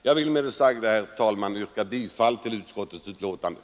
Med det sagda yrkar jag, herr talman, bifall till utskottets hemställan.